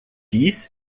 dies